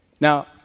Now